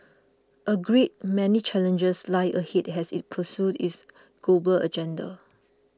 a great many challenges lie ahead as it pursues its global agenda